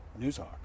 NewsHawk